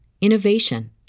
innovation